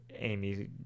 Amy